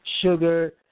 sugar